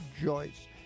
Joyce